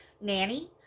nanny